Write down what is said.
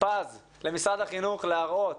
למשרד החינוך להראות